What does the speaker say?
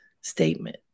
statement